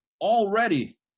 already